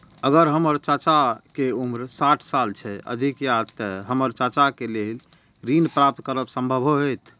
अगर हमर चाचा के उम्र साठ साल से अधिक या ते हमर चाचा के लेल ऋण प्राप्त करब संभव होएत?